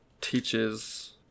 teaches